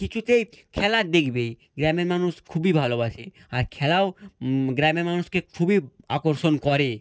কিছুতেই খেলা দেখবেই গ্রামের মানুষ খুবই ভালোবাসে আর খেলাও গ্রামের মানুষকে খুবই আকর্ষণ করে